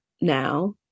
now